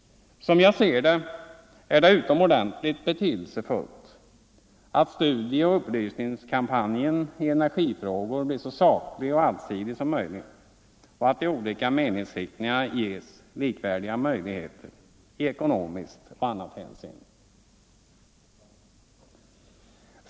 Som jag ser det, är det utomordentligt betydelsefullt att studieoch upplysningskampanjen i energifrågor blir så saklig och allsidig som möjligt och att de olika meningsriktningarna ges likvärdiga möjligheter i ekonomiskt och annat hänseende.